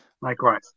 likewise